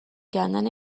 کندن